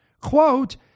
Quote